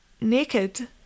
naked